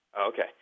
Okay